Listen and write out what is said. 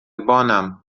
بانم